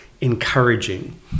encouraging